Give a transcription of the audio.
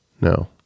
No